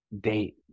date